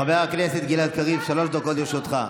חבר הכנסת גלעד קריב, שלוש דקות לרשותך.